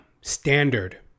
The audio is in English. standard